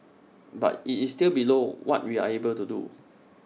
but IT is still below what we are able to do